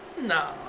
No